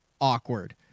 awkward